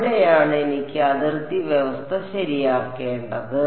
അവിടെയാണ് എനിക്ക് അതിർത്തി വ്യവസ്ഥ ശരിയാക്കേണ്ടത്